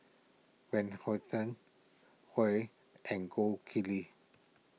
Van Houten Viu and Gold Kili